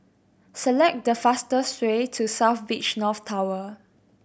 select the fastest way to South Beach North Tower